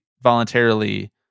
voluntarily